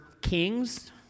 kings